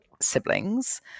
siblings